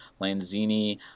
Lanzini